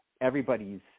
everybody's